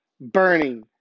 burning